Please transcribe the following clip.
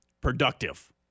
Productive